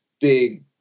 big